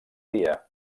dia